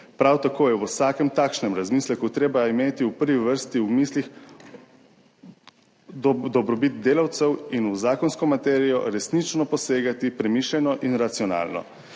Prav tako je v vsakem takšnem razmisleku treba imeti v prvi vrsti v mislih dobrobit delavcev in v zakonsko materijo resnično posegati premišljeno in racionalno,